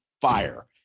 fire